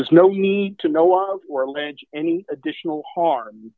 was no need to know of or allege any additional harm